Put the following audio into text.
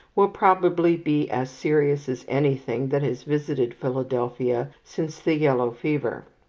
will probably be as serious as anything that has visited philadelphia since the yellow fever.